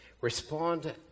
Respond